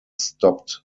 stopped